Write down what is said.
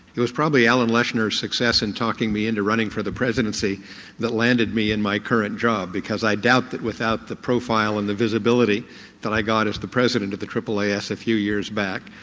it was probably alan leshner's success in talking me into running for the presidency that landed me in my current job because i doubt that without the profile and the visibility that i got as the president of the aaas a few years back,